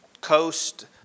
coast